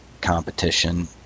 competition